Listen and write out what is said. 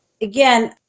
again